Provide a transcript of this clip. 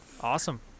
Awesome